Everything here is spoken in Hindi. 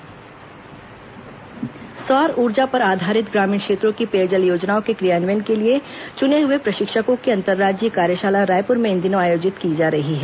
अंतर्राज्यीय कार्यशाला सौर ऊर्जा पर आधारित ग्रामीण क्षेत्रों की पेयजल योजनाओं के क्रियान्वयन के लिए चुने हए प्रशिक्षकों की अंतर्राज्यीय कार्यशाला रायपुर में इन दिनों आयोजित की जा रही है